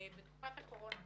בתקופת הקורונה.